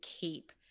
keep